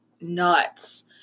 nuts